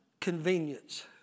convenience